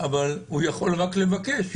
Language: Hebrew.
אבל הוא יכול רק לבקש.